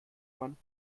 man